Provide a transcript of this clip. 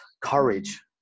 courage